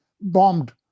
bombed